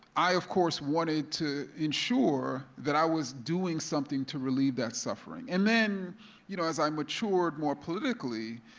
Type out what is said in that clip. i, of course, wanted to ensure that i was doing something to relieve that suffering, and then you know as i matured more politically,